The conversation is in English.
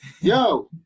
Yo